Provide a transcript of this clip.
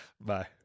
Bye